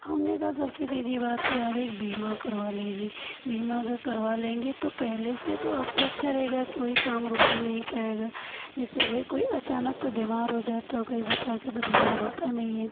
हमने कहा सबसे सीधी बात है आप एक बीमा करवा लीजिए बीमा अगर करवा लेंगे तो पहले से तो आपको अच्छा रहेगा कोई काम रुक भी नहीं पाएगा जैसे भई कोई अचानक तो बीमार हो जाता कोई बता के तो बीमार होता नहीं है